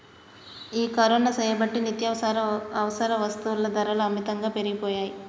ఈ కరోనా సేయబట్టి నిత్యావసర వస్తుల ధరలు అమితంగా పెరిగిపోయాయి